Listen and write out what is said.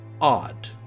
odd